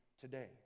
today